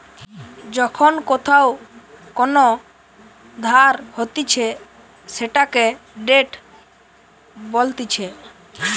যখন কোথাও কোন ধার হতিছে সেটাকে ডেট বলতিছে